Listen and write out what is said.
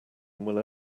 will